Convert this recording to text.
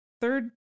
third